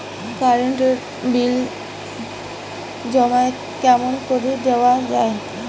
Current এর bill জমা কেমন করি দেওয়া যায়?